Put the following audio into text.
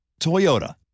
Toyota